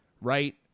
Right